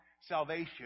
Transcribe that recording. salvation